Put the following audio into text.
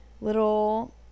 little